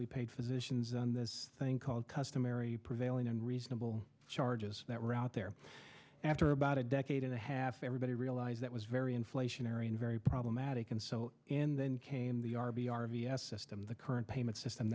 we paid physicians on this thing called customary prevailing and reasonable charges that were out there after about a decade and a half everybody realized that was very inflationary and very problematic and so in then came the rb r v s system the current payment system